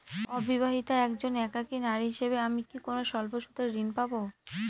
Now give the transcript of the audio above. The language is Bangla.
অবিবাহিতা একজন একাকী নারী হিসেবে আমি কি কোনো স্বল্প সুদের ঋণ পাব?